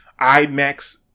IMAX